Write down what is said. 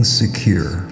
secure